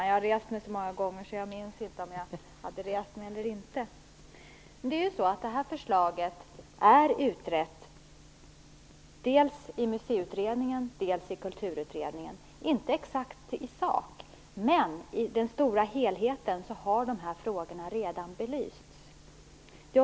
Fru talman! Det här förslaget är utrett, dels i Museiutredningen, dels i Kulturutredningen. Det är inte utrett exakt i sak, men i den stora helheten har dessa frågor redan belysts.